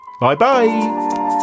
bye-bye